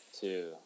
two